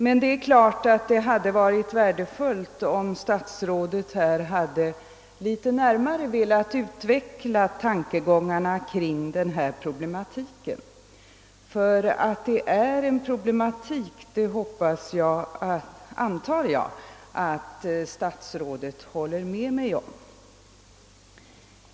Men det är klart att jag hade önskat, att statsrådet närmare velat utveckla tankegångarna kring denna problematik, ty att det är en problematik antar jag att statsrådet håller med mig om.